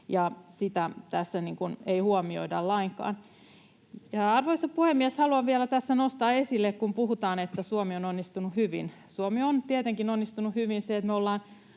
sitä tässä ei huomioida lainkaan. Arvoisa puhemies! Haluan tässä vielä nostaa esille sen, kun puhutaan, että Suomi on onnistunut hyvin. Suomi on tietenkin onnistunut hyvin,